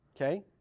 okay